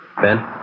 Ben